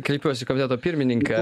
kreipiuosi į komiteto pirmininką